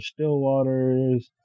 Stillwaters